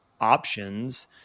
options